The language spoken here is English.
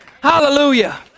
hallelujah